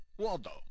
Waldo